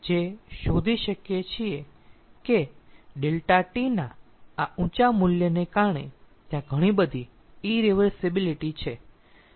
તેથી અહીં આપણે જે શોધી શકીએ છીએ કે ∆T ના આ ઊંચા મૂલ્યને કારણે ત્યાં ઘણી બધી ઈરીવર્સીબીલીટી છે